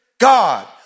God